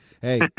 hey